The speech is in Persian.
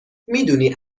میدونی